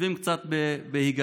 חושבים קצת בהיגיון,